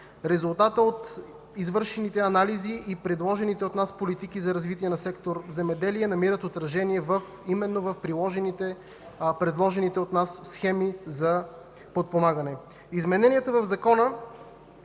Резултатът от извършените анализи и предложените от нас политики за развитие на сектор „Земеделие” намират отражение именно в предложените от нас схеми за подпомагане. Измененията в закона